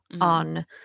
on